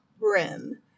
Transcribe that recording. brim